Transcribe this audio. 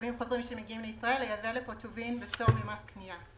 ותושבים חוזרים שמגיעים לישראל לייבא לכאן טובין בפטור ממס קניה.